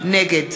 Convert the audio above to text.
נגד